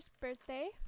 birthday